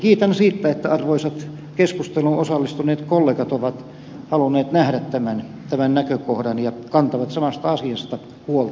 kiitän siitä että arvoisat keskusteluun osallistuneet kollegat ovat halunneet nähdä tämän näkökohdan ja kantavat samasta asiasta huolta